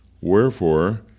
Wherefore